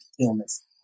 illness